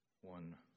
One